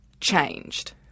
changed